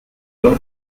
donc